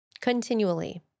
Continually